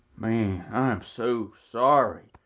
man i am so sorry.